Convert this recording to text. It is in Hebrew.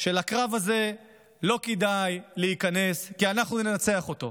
שלקרב הזה לא כדאי להיכנס כי אנחנו ננצח אותו.